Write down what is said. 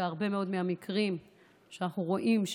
הרבה מאוד מהמקרים שאנחנו רואים,